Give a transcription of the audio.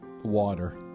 water